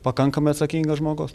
pakankamai atsakingas žmogus